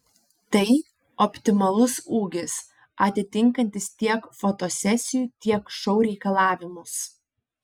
tai optimalus ūgis atitinkantis tiek fotosesijų tiek šou reikalavimus